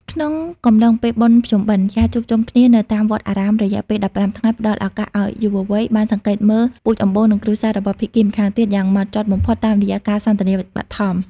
ក្នុងកំឡុងពេលបុណ្យភ្ជុំបិណ្ឌ ការជួបជុំគ្នានៅតាមវត្តអារាមរយៈពេល ១៥ ថ្ងៃ ផ្ដល់ឱកាសឱ្យយុវវ័យបានសង្កេតមើល "ពូជអម្បូរ" និង "គ្រួសារ" របស់ភាគីម្ខាងទៀតយ៉ាងហ្មត់ចត់បំផុតតាមរយៈការសន្ទនាបឋម។